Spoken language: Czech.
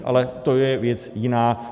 Ale to je věc jiná.